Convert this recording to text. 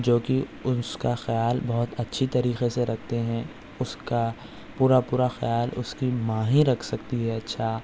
جو کہ اُس کا خیال بہت اچھی طریقے سے رکھتے ہیں اُس کا پورا پورا خیال اُس کی ماں ہی رکھ سکتی ہے اچھا